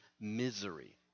misery